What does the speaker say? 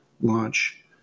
launch